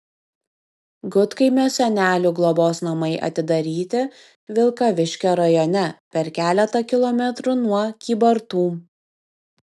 gudkaimio senelių globos namai atidaryti vilkaviškio rajone per keletą kilometrų nuo kybartų